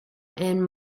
and